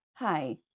Hi